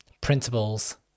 principles